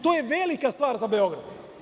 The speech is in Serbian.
To je velika stvar za Beograd.